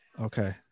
Okay